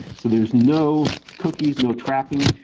so there is no cookies, no tracking.